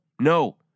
no